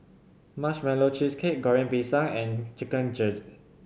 Marshmallow Cheesecake Goreng Pisang and Chicken Gizzard